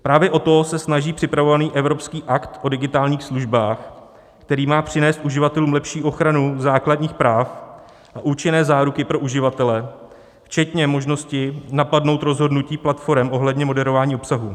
Právě o to se snaží připravovaný evropský Akt o digitálních službách, který má přinést uživatelům lepší ochranu základních práv a účinné záruky pro uživatele včetně možnosti napadnout rozhodnutí platforem ohledně moderování obsahu.